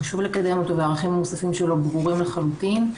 חשוב לקדם אותו והערכים המוספים שלו ברורים לחלוטין.